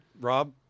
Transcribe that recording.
Rob